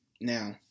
Now